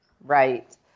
Right